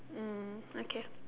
mm okay